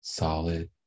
solid